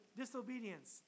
disobedience